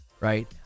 right